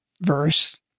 verse